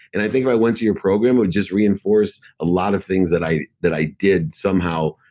and i think if i went to your program would just reinforce a lot of things that i that i did, somehow,